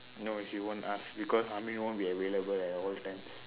no she won't ask because amin won't be available at all times